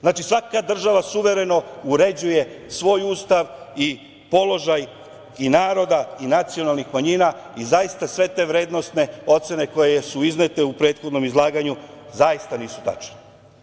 Znači, svaka država suvereno uređuje svoj Ustav i položaj i naroda i nacionalnih manjina i zaista sve te vrednosne ocene koje su iznete u prethodnom izlaganju zaista nisu tačne.